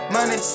Money